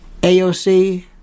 AOC